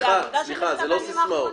זו עבודה של הימים האחרונים.